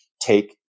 take